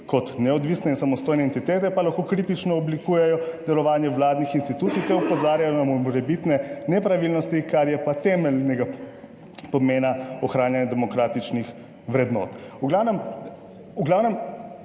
kot neodvisne in samostojne entitete pa lahko kritično oblikujejo delovanje vladnih institucij ter opozarjajo na morebitne nepravilnosti, kar je pa temeljnega pomena ohranjanja demokratičnih vrednot. V glavnem